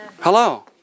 Hello